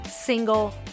single